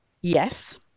yes